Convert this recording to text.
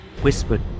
whispered